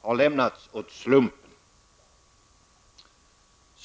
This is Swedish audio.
har lämnats åt slumpen.